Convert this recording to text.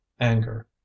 anger